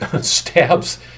stabs